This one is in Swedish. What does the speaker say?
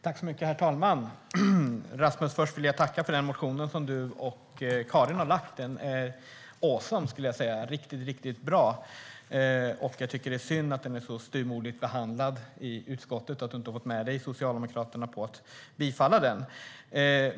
Herr talman! Rasmus! Först vill jag tacka för den motion som du och Karin har väckt. Den är awesome, skulle jag säga. Den är riktigt bra. Jag tycker att det är synd att den är så styvmoderligt behandlad i utskottet och att du inte har fått med dig Socialdemokraterna på att bifalla den.